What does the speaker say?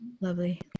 lovely